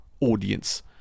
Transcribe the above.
audience